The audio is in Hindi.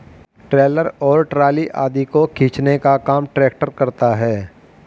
ट्रैलर और ट्राली आदि को खींचने का काम ट्रेक्टर करता है